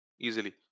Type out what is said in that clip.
easily